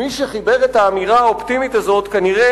מי שחיבר את האמירה האופטימית הזאת כנראה